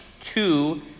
two